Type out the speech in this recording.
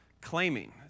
Claiming